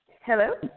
Hello